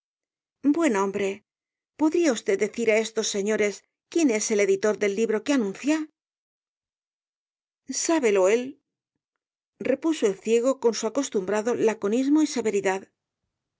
buen hombre podrá usted decir á estos señores quién es el editor del libro que anuncia sábelo élrepuso el ciego con su acostumbrado laconismo y severidad